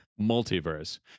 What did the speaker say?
multiverse